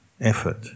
effort